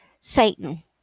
satan